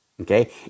okay